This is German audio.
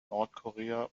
nordkorea